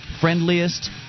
friendliest